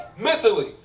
mentally